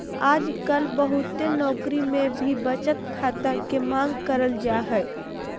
आजकल बहुते नौकरी मे भी बचत खाता के मांग करल जा हय